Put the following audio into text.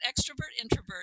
extrovert-introvert